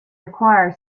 require